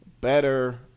better